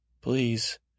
please